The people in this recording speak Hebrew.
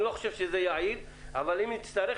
אני לא חושב שזה יעיל אבל אם נצטרך,